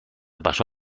pasó